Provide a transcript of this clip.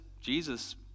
Jesus